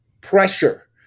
pressure